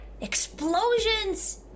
explosions